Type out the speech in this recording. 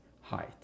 height